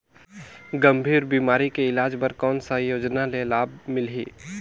गंभीर बीमारी के इलाज बर कौन सा योजना ले लाभ मिलही?